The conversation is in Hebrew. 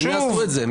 אז הם יעשו את זה,